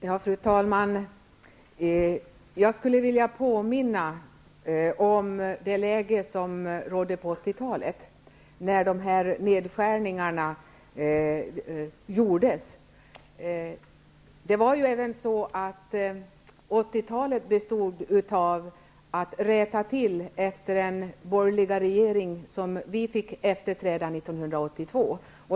Fru talman! Jag skulle vilja påminna om det läge som rådde på 80-talet, när dessa nedskärningar gjordes. Vårt arbete under 80-talet bestod i att rätta till efter den borgerliga regering som vi fick efterträda 1982.